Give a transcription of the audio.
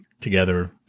Together